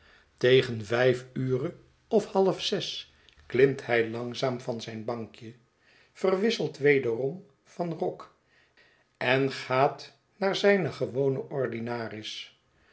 tegen vijf ure of half zes klimt hij langzaam van zijn bankje verwisselt wederom van rok en gaat naar zijne gewone ordinaris